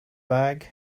bag